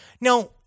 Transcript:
Now